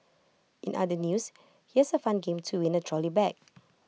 in other news here's A fun game to win A trolley bag